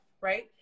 Right